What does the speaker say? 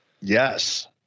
Yes